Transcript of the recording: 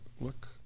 Look